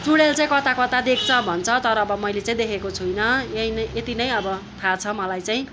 चुडेल चाहिँ कता कता देख्छ भन्छ तर अब मैले चाहिँ देखेको छुइनँ यही नै यति नै अब थाहा छ मलाई चाहिँ